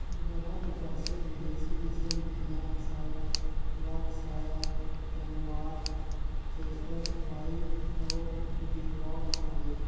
बरहा कर परसिद्ध बिदेसी नसल में Yorkshire, Berkshire, Tamworth, Chester White अउ ड्यूरॉक हवे